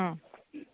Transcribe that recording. മ്മ്